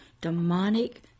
demonic